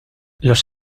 los